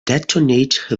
detonate